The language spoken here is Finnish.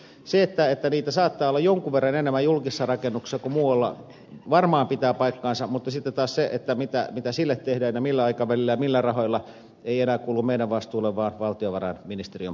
se että niitä saattaa olla jonkun verran enemmän julkisissa rakennuksissa kuin muualla varmaan pitää paikkansa mutta sitten taas se mitä sille tehdään ja millä aikavälillä ja millä rahoilla ei enää kuulu meidän vastuullemme vaan valtiovarainministeriön puolelle